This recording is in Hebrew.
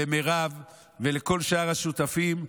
למירב ולכל שאר השותפים.